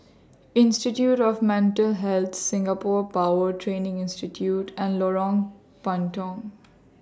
Institute of Mental Health Singapore Power Training Institute and Lorong Puntong